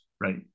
right